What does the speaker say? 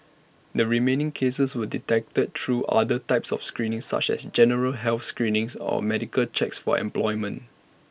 the remaining cases were detected through other types of screening such as general health screenings or medical checks for employment